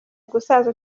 gusaza